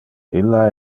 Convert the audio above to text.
illa